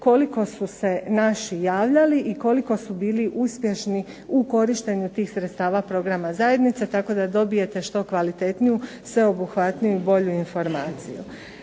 koliko su se naši javljali i koliko su bili uspješni u korištenju tih sredstava programa zajednice tako da dobijete što kvalitetniju sveobuhvatniju i bolju informaciju.